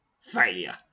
Failure